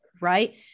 right